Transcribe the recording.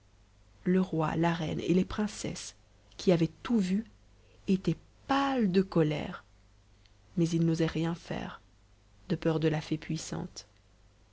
le roi la reine et les princesses qui avaient tout vu étaient pâles de colère mais ils n'osèrent rien faire de peur de la fée puissante